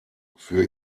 für